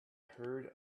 heard